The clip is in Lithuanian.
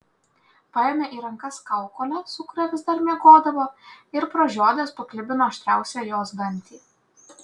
paėmė į rankas kaukolę su kuria vis dar miegodavo ir pražiodęs paklibino aštriausią jos dantį